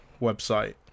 website